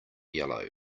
yellow